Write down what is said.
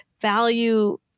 value